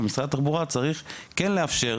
ומשרד התחבורה צריך כן לאפשר,